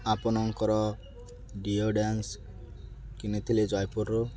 ଆପଣଙ୍କର ଡିଓଡ୍ରାନ୍ସ କିଣିଥିଲି ଜୟପୁରରୁ